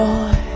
Boy